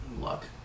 luck